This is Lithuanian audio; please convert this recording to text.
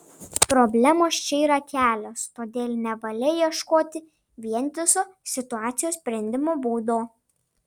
problemos čia yra kelios todėl nevalia ieškoti vientiso situacijos sprendimo būdo